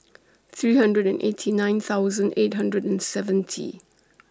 three hundred and eighty nine eight hundred and seventy